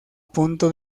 punto